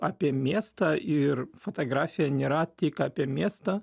apie miestą ir fotografija nėra tik apie miestą